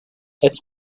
its